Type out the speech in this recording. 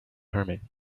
herman